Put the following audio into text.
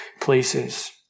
places